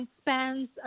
spans